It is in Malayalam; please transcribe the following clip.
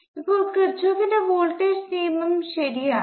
ഇപ്പോൾ കിർചോഫിന്റെ വോൾട്ടേജ് നിയമം ശരിയാണ്